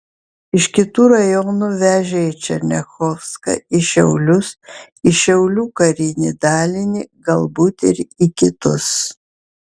iš kitų rajonų vežė į černiachovską į šiaulius į šiaulių karinį dalinį galbūt ir į kitus